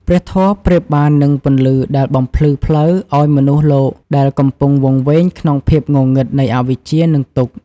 ព្រះធម៌ប្រៀបបាននឹងពន្លឺដែលបំភ្លឺផ្លូវឱ្យមនុស្សលោកដែលកំពុងវង្វេងក្នុងភាពងងឹតនៃអវិជ្ជា និងទុក្ខ។